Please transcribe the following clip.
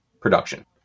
production